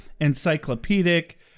encyclopedic